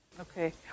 okay